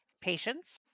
patience